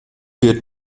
wird